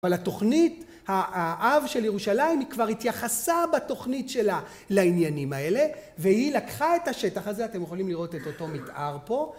אבל התוכנית האב של ירושלים היא כבר התייחסה בתוכנית שלה לעניינים האלה, והיא לקחה את השטח הזה, אתם יכולים לראות את אותו מתאר פה